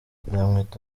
nzamwita